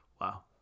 Wow